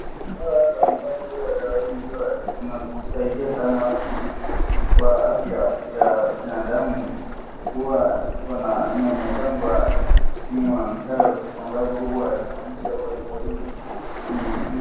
Dawa hapa ambapo dawa hii hua inasaidia sana watu kwa afya ya binadamu hua iko na ama inaitangwa human health ambapo huwa inamaanisha dawa hii ni